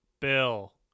Bill